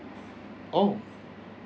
oh